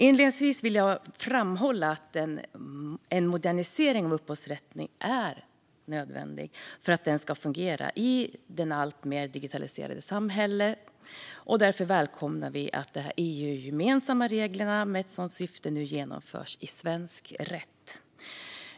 Inledningsvis vill jag framhålla att en modernisering av upphovsrätten är nödvändig för att den ska fungera i det alltmer digitaliserade samhället, och därför välkomnar vi att EU-gemensamma regler med ett sådant syfte nu genomförs i svensk rätt.